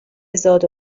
زاد